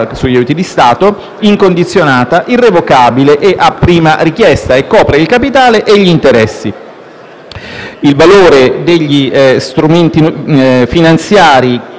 sugli aiuti di Stato, incondizionata, irrevocabile e a prima richiesta e copre il capitale e gli interessi. Il valore degli strumenti finanziari